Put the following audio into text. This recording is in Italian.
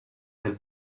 del